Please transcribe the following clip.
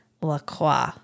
LaCroix